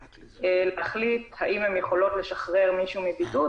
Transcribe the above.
להחליט האם הן יכולות לשחרר מישהו מבידוד,